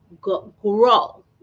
grow